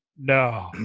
no